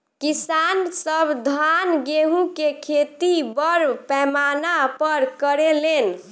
किसान सब धान गेहूं के खेती बड़ पैमाना पर करे लेन